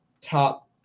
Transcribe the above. top